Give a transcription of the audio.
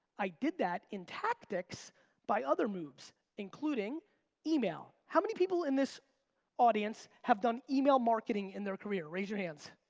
i did that in tactics by other moves, including email. how many people in this audience have done email marketing in their career, raise your hands.